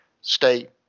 state